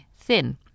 thin